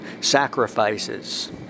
sacrifices